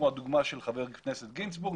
כמו הדוגמה של חבר הכנסת גינזבורג,